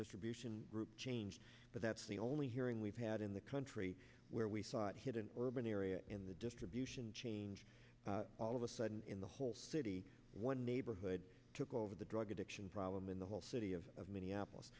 distribution group change but that's the only hearing we've had in the country where we saw it hit an urban area in the distribution change all of a sudden in the whole city one neighborhood took over the drug addiction problem in the whole city of minneapolis